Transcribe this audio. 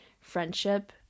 friendship